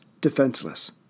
defenseless